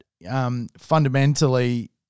Fundamentally